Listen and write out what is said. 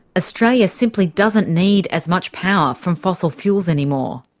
australia simply doesn't need as much power from fossil fuels anymore.